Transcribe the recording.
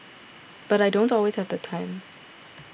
but I don't always have the time